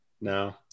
No